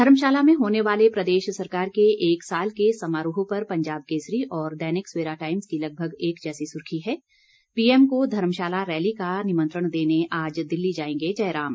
धर्मशाला में होने वाले प्रदेश सरकार के एक साल के समारोह पर पंजाब केसरी और दैनिक सवेरा टाइम्स की लगभग एक जैसी सुर्खी है पीएम को धर्मशाला रैली का निमंत्रण देने आज दिल्ली जाएंगे जयराम